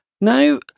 Now